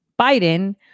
Biden